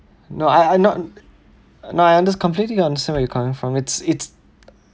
no I I not no I under~ completely understand where you are coming from it's it's